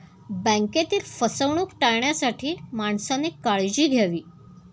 बँकेतील फसवणूक टाळण्यासाठी माणसाने काळजी घ्यावी